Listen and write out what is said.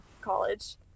college